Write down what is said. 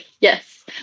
Yes